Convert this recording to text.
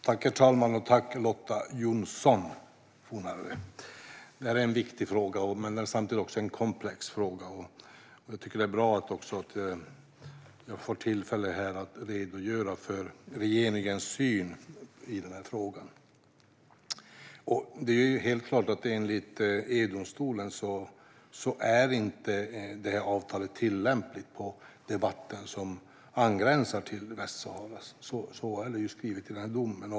Herr talman! Tack, Lotta Johnsson Fornarve! Det här är en viktig och samtidigt komplex fråga, och därför är det bra att jag får tillfälle att redogöra för regeringens syn i frågan. Det är helt klart att enligt EU-domstolen är det avtalet inte tillämpligt på det vatten som gränsar till Västsahara. Så är det skrivet i domen.